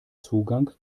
zugang